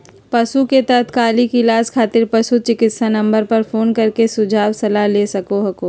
पशु के तात्कालिक इलाज खातिर पशु चिकित्सा नम्बर पर फोन कर के सुझाव सलाह ले सको हखो